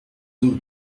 donc